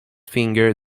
finger